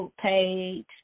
page